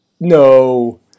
No